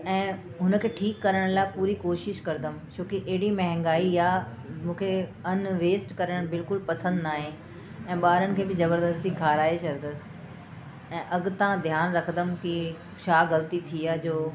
ऐं हुनखे ठीकु करण लाइ पूरी कोशिश करंदमि छो की अहिड़ी महांगाई आहे मूंखे अन्न वेस्ट करणु बिल्कुलु पसंदि न आहे ऐं ॿारनि खे बि ज़बरदस्ती खाराए छॾंदसि ऐं अॻितां ध्यानु रखदमि की छा ग़लिती थी आहे जो